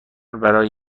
برای